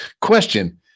question